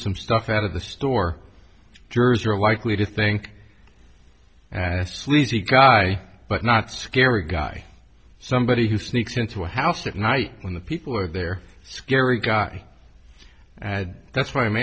some stuff out of the store jurors are likely to think that's sleazy guy but not scary guy somebody who sneaks into a house at night when the people are there scary guy had that's why i'm